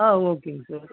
ஆ ஓகேங்க சார்